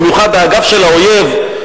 במיוחד האגף של האויב,